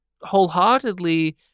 wholeheartedly